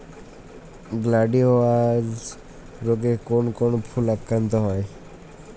Gladiolus রোগে কোন কোন ফুল আক্রান্ত হয়?